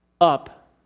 up